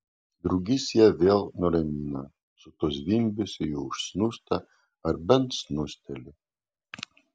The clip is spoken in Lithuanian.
drugys ją vėl nuramina su tuo zvimbesiu ji užsnūsta ar bent snūsteli